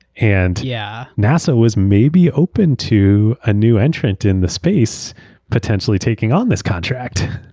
and yeah nasa was maybe open to a new entrant in the space potentially taking on this contract.